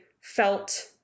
felt